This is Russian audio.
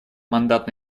мандат